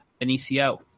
Benicio